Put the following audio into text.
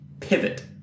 pivot